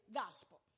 gospel